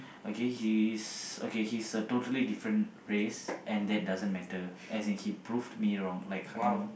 okay he is okay he's a totally different race and that doesn't matter as in he proved me wrong like you know